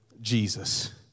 Jesus